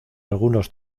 algunos